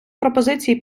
пропозиції